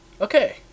Okay